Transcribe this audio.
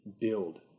build